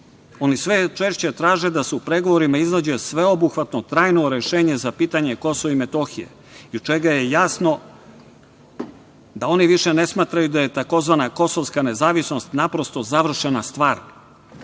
sve češće traže da su u pregovorima nađe sveobuhvatno trajno rešenje za pitanje Kosova i Metohije i od čega je jasno da oni više ne smatraju da je takozvana kosovska nezavisnost, naprosto završena stvar